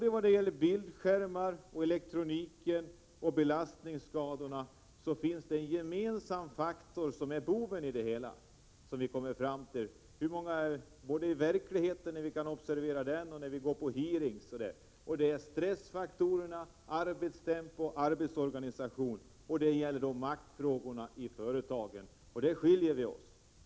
Det finns vad gäller bildskärmar, elektronikområdet och belastningsskadorna några gemensamma faktorer, som är boven i det hela och som vi möter både när vi observerar verkligheten och när vi lyssnar på hearingar: stressfaktorerna, arbetstempot, arbetsorganisationen och maktfrågorna i företagen. På de punkterna skiljer sig våra uppfattningar.